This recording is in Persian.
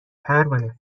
پروانه